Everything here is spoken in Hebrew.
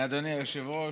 אדוני היושב-ראש,